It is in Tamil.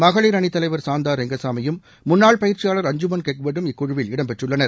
மகளிர் அணி தலைவர் சாந்தா ரெங்கசாமியும் முன்னாள் பயிற்சியாளர் அஞ்சுமன் கெக்வர்டும் இக்குழுவில் இடம்பெற்றுள்ளனர்